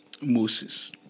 Moses